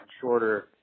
shorter